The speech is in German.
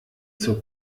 zur